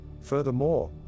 Furthermore